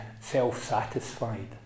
self-satisfied